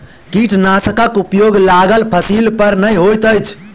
कीटनाशकक उपयोग लागल फसील पर नै होइत अछि